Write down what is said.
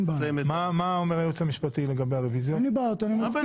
אין בעיה.